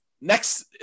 next